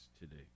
today